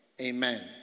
Amen